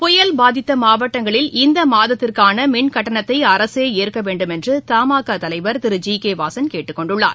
புயல் பாதித்த மாவட்டங்களில் இந்த மாதத்திற்கான மின்கட்டணத்தை அரசே ஏற்க வேண்டும் என்று தமாகா தலைவர் திரு ஜி கே வாசன் கேட்டுக் கொண்டுள்ளார்